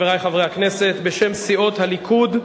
חברי חברי הכנסת, בשם סיעות הליכוד,